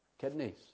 kidneys